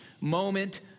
moment